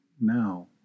now